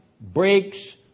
breaks